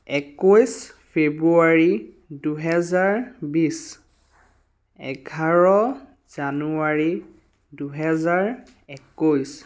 একৈছ ফেব্ৰুৱাৰী দুহেজাৰ বিশ এঘাৰ জানুৱাৰী দুহেজাৰ একৈছ